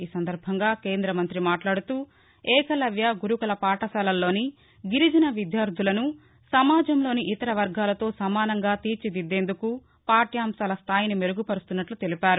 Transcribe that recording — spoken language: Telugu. ఈ సందర్భంగా కేంద్ర మంతి మాట్లాడుతూ ఏకలవ్య గురుకుల పాఠశాలల్లోని గిరిజన విద్యార్దులను సమాజంలోని ఇతర వర్గాలతో సమానంగా తీర్చిదిద్దేందుకు పాఠ్యాంశాల స్దాయిని మెరుగుపరుస్తున్నట్లు తెలిపారు